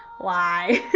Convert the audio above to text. why?